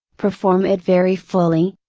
perform it very fully,